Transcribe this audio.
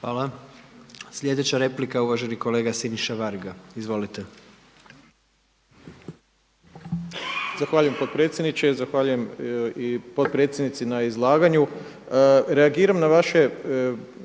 Hvala. Sljedeća replika je uvaženi kolega Siniša Varga. Izvolite. **Varga, Siniša (SDP)** Zahvaljujem potpredsjedniče i zahvaljujem i potpredsjednici na izlaganju. Reagiram na vaše